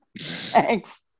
Thanks